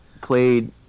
played